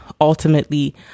ultimately